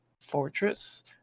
fortress